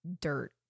dirt